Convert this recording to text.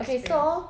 okay so